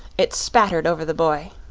it spattered over the boy.